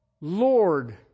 Lord